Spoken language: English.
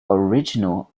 original